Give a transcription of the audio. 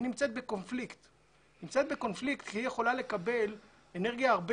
היא נמצאת בקונפליקט כי היא יכולה לקבל אנרגיה הרבה